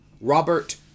Robert